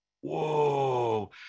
whoa